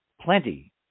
plenty